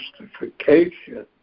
justification